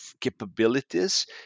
capabilities